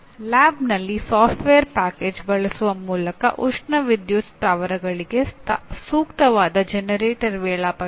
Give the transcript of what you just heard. ಲ್ಯಾಬ್ನಲ್ಲಿ software package ಬಳಸುವ ಮೂಲಕ ಉಷ್ಣ ವಿದ್ಯುತ್ ಸ್ಥಾವರಗಳಿಗೆ ಸೂಕ್ತವಾದ ಜನರೇಟರ್ ವೇಳಾಪಟ್ಟಿ